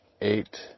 eight